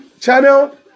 channel